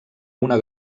una